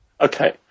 Okay